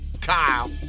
Kyle